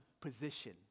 position